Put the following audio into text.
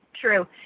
true